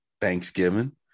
Thanksgiving